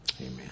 amen